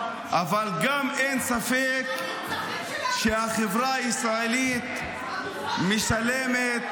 אבל אין גם ספק שהחברה הישראלית משלמת